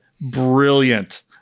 Brilliant